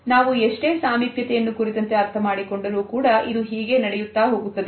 ನಾವು ಎಷ್ಟೇ ಸಾಮೀಪ್ಯತೆ ಯನ್ನು ಕುರಿತಂತೆ ಅರ್ಥಮಾಡಿಕೊಂಡರು ಕೂಡ ಇದು ಹೀಗೆ ನಡೆಯುತ್ತಾ ಹೋಗುತ್ತದೆ